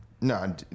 no